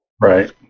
Right